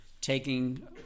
taking